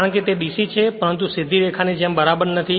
કારણ કે તે DC છે પરંતુ તે સીધી રેખાની જેમ બરાબર નથી